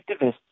activists